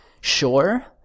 sure